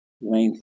length